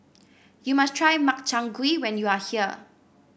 you must try Makchang Gui when you are here